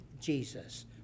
Jesus